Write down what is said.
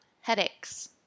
headaches